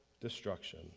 destruction